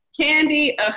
Candy